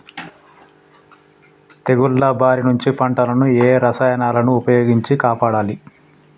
తెగుళ్ల బారి నుంచి పంటలను ఏ రసాయనాలను ఉపయోగించి కాపాడాలి?